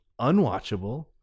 unwatchable